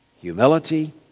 Humility